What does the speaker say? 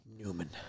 Newman